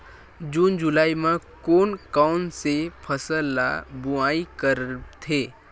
जून जुलाई म कोन कौन से फसल ल बोआई करथे?